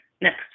Next